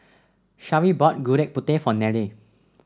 Sharee bought Gudeg Putih for Nelle